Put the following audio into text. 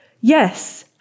Yes